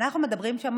אנחנו מדברים שם